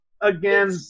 Again